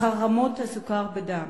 אחר רמות הסוכר בדם.